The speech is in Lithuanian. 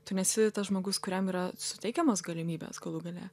tu nesi tas žmogus kuriam yra suteikiamos galimybės galų gale